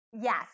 Yes